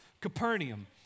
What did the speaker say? Capernaum